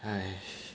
!hais!